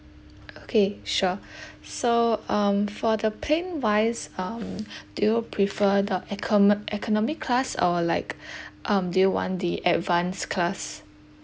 okay sure so um for the plane wise um do you prefer the ecom~ economy class or like um do you want the advanced class